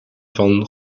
van